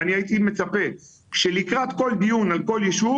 ואני הייתי מצפה שלקראת כל דיון על כל יישוב